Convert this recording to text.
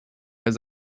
his